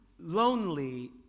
lonely